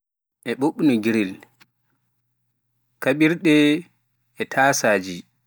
Laɓɓin e ɓuuɓnu gril, kaɓirɗe, e taasaaji.